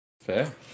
Fair